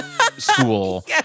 school